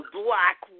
black